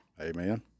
Amen